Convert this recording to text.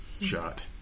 shot